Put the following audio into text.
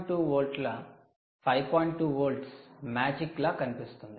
2 వోల్ట్లు మ్యాజిక్ లా కనిపిస్తుంది